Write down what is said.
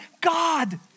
God